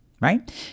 right